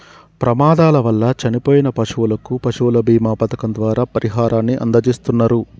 ప్రమాదాల వల్ల చనిపోయిన పశువులకు పశువుల బీమా పథకం ద్వారా పరిహారాన్ని అందజేస్తున్నరు